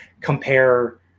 compare